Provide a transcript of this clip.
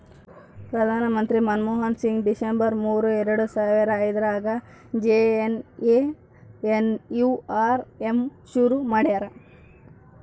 ಪ್ರಧಾನ ಮಂತ್ರಿ ಮನ್ಮೋಹನ್ ಸಿಂಗ್ ಡಿಸೆಂಬರ್ ಮೂರು ಎರಡು ಸಾವರ ಐದ್ರಗಾ ಜೆ.ಎನ್.ಎನ್.ಯು.ಆರ್.ಎಮ್ ಶುರು ಮಾಡ್ಯರ